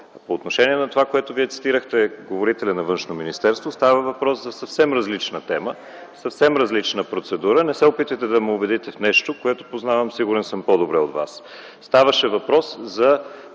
По отношение на това, което Вие цитирахте, говорителят на Външно министерство, става въпрос за съвсем различна тема, съвсем различна процедура. Не се опитвайте да ме убедите в нещо, което познавам, сигурен съм, по-добре от Вас. Ставаше въпрос за